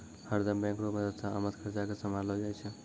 हरदम बैंक रो मदद से आमद खर्चा के सम्हारलो जाय छै